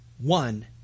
one